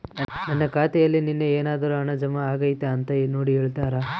ನನ್ನ ಖಾತೆಯಲ್ಲಿ ನಿನ್ನೆ ಏನಾದರೂ ಹಣ ಜಮಾ ಆಗೈತಾ ಅಂತ ನೋಡಿ ಹೇಳ್ತೇರಾ?